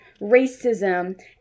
racism